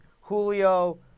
Julio